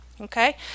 okay